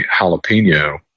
jalapeno